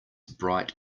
bright